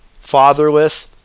fatherless